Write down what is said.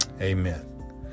Amen